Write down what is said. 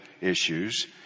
issues